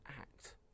act